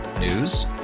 News